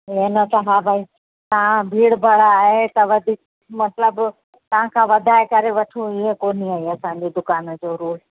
ईअं न त हा भई हा भीड़ भाड़ आहे त वधीक मतिलब तव्हां खां वधाए करे वठूं इहो कोन्हे असांजे दुकान जो रुल